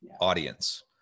audience